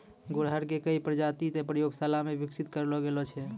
गुड़हल के कई प्रजाति तॅ प्रयोगशाला मॅ विकसित करलो गेलो छै